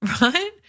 right